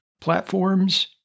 platforms